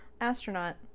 astronaut